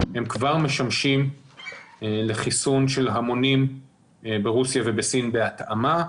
הם כבר משמשים לחיסון של המונים ברוסיה ובסין בהתאמה.